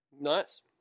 Nice